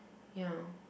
ya